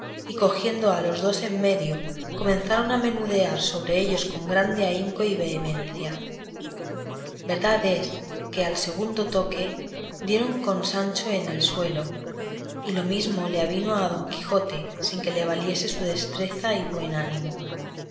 y cogiendo a los dos en medio comenzaron a menudear sobre ellos con grande ahínco y vehemencia verdad es que al segundo toque dieron con sancho en el suelo y lo mesmo le avino a don quijote sin que le valiese su destreza y buen ánimo